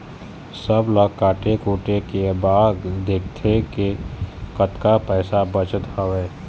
सब ल काटे कुटे के बाद देखथे के कतका पइसा बचत हवय